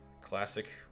classic